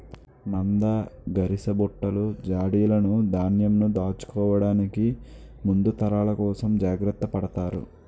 నంద, గరిసబుట్టలు, జాడీలును ధాన్యంను దాచుకోవడానికి ముందు తరాల కోసం జాగ్రత్త పడతారు